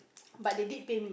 but they did pay me